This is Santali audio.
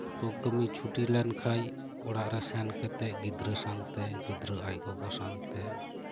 ᱛᱳ ᱠᱟᱹᱢᱤ ᱪᱷᱩᱴᱤ ᱞᱮᱱᱠᱷᱟᱱ ᱚᱲᱟᱜ ᱨᱮ ᱥᱮᱱ ᱠᱟᱛᱮᱫ ᱜᱤᱫᱽᱨᱟᱹ ᱥᱟᱶᱛᱮ ᱜᱤᱫᱽᱨᱟᱹ ᱟᱡ ᱜᱚᱜᱚ ᱥᱟᱣᱛᱮ